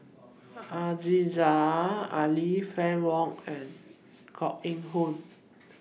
Aziza Ali Fann Wong and Koh Eng Hoon